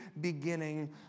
beginning